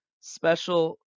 special